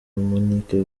monique